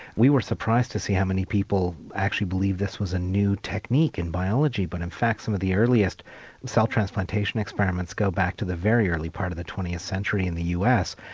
we were surprised to see how many people actually believed this was a new technique in biology, but in fact some of the earliest cell transplantation experiments go back to the very early part of the twentieth century in the us.